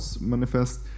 manifest